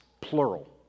Plural